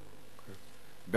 הנושא לוועדת החוץ והביטחון נתקבלה.